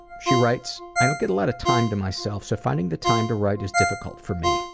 she writes, i don't get a lot of time to myself so finding the time to write is difficult for me.